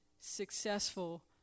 successful